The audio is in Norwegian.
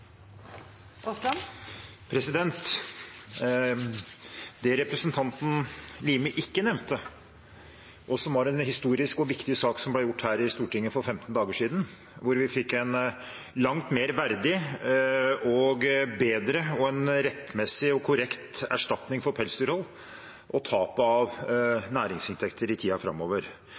var en historisk og viktig sak her i Stortinget for 15 dager siden, hvor vi fikk en langt mer verdig, bedre, rettmessig og korrekt erstatning for pelsdyrhold og tapet av næringsinntekter i tiden framover.